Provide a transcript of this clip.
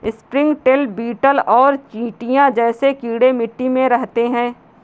springtail, beetle और चींटियां जैसे कीड़े मिट्टी में रहते हैं